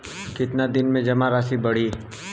कितना दिन में जमा राशि बढ़ी?